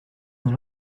dans